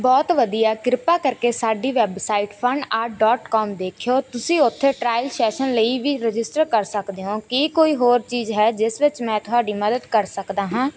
ਬਹੁਤ ਵਧੀਆ ਕਿਰਪਾ ਕਰਕੇ ਸਾਡੀ ਵੈਬਸਾਈਟ ਫਨਐਡ ਡਾਟ ਕਾਮ ਦੇਖਿਓ ਤੁਸੀਂ ਉੱਥੇ ਟ੍ਰਾਇਲ ਸੈਸ਼ਨ ਲਈ ਵੀ ਰਜਿਸਟਰ ਕਰ ਸਕਦੇ ਹੋ ਕੀ ਕੋਈ ਹੋਰ ਚੀਜ਼ ਹੈ ਜਿਸ ਵਿੱਚ ਮੈਂ ਤੁਹਾਡੀ ਮਦਦ ਕਰ ਸਕਦਾ ਹਾਂ